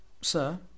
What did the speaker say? sir